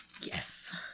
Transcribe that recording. Yes